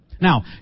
Now